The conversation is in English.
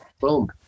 boom